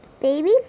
baby